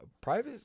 private